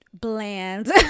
bland